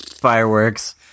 fireworks